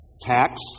tax